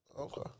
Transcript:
Okay